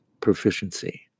proficiency